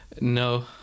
No